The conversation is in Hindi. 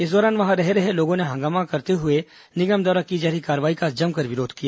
इस दौरान वहां रह रहे लोगों ने हंगामा करते हुए निगम द्वारा की जा रही कार्रवाई का जमकर विरोध किया